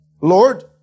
Lord